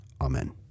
Amen